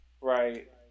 Right